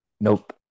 nope